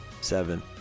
seven